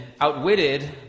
outwitted